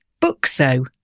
Bookso